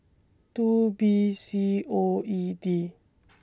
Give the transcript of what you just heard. two B C O E D